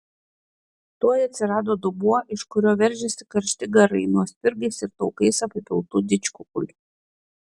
tuoj atsirado dubuo iš kurio veržėsi karšti garai nuo spirgais ir taukais apipiltų didžkukulių